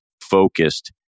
focused